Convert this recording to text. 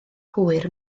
hwyr